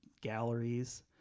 galleries